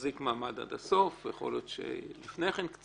תחזיק מעמד עד הסוף, יכול להיות שקצת לפני כן,